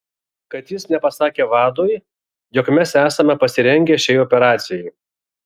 kad jis nepasakė vadui jog mes esame pasirengę šiai operacijai